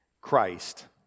Christ